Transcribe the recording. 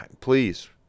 please